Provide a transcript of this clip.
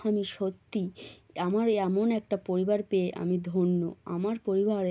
আমি সত্যি আমার এই এমন একটা পরিবার পেয়ে আমি ধন্য আমার পরিবারে